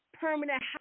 permanent